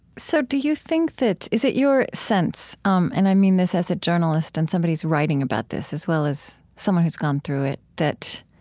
so do you think that is it your sense um and i mean this as a journalist and somebody's writing about this as well as someone who's gone through it that